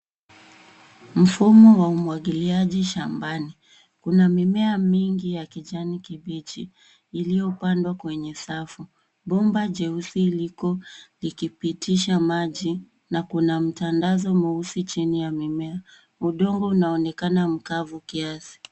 Mfumo wa umwagiliaji shambani. Kuna mimea mingi ya kijani kibichi iliyopandwa kwenye safu. Bomba jeusi liko likipitisha maji na kuna mtandazo mweusi chini ya mimea. Udongo unaonekana mkavu kiasi.